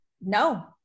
no